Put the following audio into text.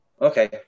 Okay